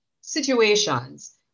situations